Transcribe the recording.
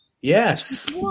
Yes